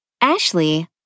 Ashley